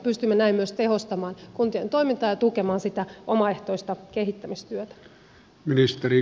pystymme näin myös tehostamaan kuntien toimintaa ja tukemaan sitä omaehtoista kehittämistyötä